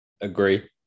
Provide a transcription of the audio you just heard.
agree